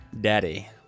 Daddy